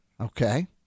Okay